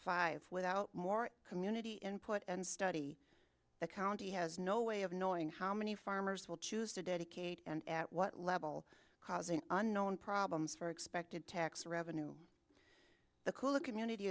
five without more community input and study the county has no way of knowing how many farmers will choose to dedicate and at what level causing unknown problems for expected tax revenue the cooler community